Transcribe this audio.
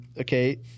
Okay